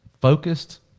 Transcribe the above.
focused